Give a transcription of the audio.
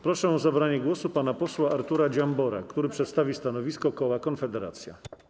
Proszę o zabranie głosu pana posła Artura Dziambora, który przedstawi stanowisko koła Konfederacja.